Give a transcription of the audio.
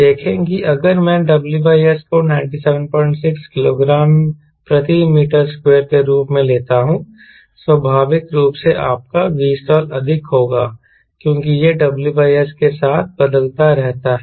देखें कि अगरमैं WS को 976 किलोग्राम प्रति मीटर स्क्वायर के रूप में लेता हूं स्वाभाविक रूप से आपका Vstall अधिक होगा क्योंकि यह WS के साथ बदलता रहता है